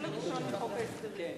2 נתקבלו.